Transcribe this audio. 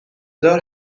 دار